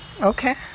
Okay